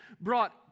brought